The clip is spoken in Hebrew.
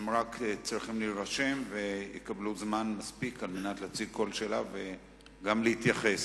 הם רק צריכים להירשם ויקבלו זמן מספיק להציג כל שאלה וגם להתייחס,